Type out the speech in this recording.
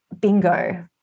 bingo